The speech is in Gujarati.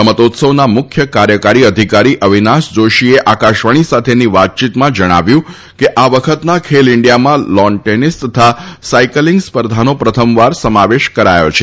રમતોત્સવના મુખ્ય કાર્યકારી અધિકારી અવિનાશ જોશીએ આકાશવાણી સાથેની વાતચીતમાં જણાવ્યું હતું કે આ વખતના ખેલ ઇન્ડિયામાં લોન ટેનિસ તથા સાયકલીંગ સ્પર્ધાનો પ્રથમવાર સમાવેશ કરાયો છે